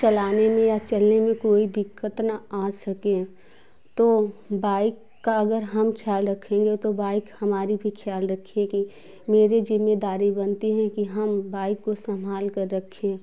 चलाने में या चलने में कोई दिक्कत न आ सकें तो बाइक का अगर हम ख़याल रखेंगे तो बाइक हमारी भी ख़याल रखेगी मेरे जिम्मेदारी बनती हैं कि हम बाइक को सम्भाल कर रखें